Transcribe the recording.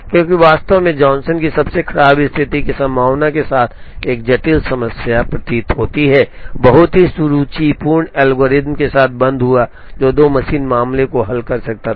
क्योंकि वास्तव में जॉनसन की सबसे खराब स्थिति की संभावना के साथ एक जटिल समस्या प्रतीत होती है बहुत ही सुरुचिपूर्ण एल्गोरिथ्म के साथ बंद हुआ जो 2 मशीन मामले को हल कर सकता है